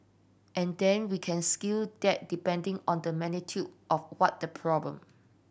and then we can scale that depending on the magnitude of what the problem